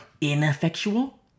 ineffectual